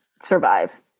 survive